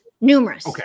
numerous